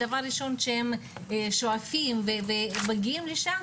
דבר ראשון שהם שואפים ומגיעים לשם,